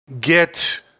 get